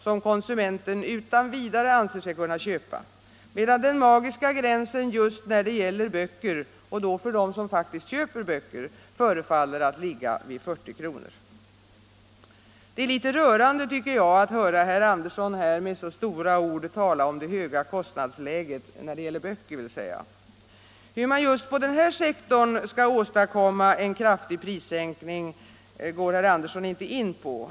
som konsumenten utan vidare anser sig kunna köpa, medan den magiska gränsen just när det gäller böcker —- för dem som faktiskt köper böcker — förefaller att ligga vid 40 kr. Det är litet rörande att höra herr Andersson i Lycksele tala med så stora ord om det höga kostnadsläget — när det gäller böcker vill säga. Hur man just på denna sektor skall åstadkomma en kraftig prissänkning går herr Andersson inte in på.